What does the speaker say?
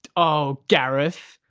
oh gareth!